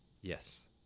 Yes